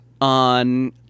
on